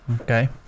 Okay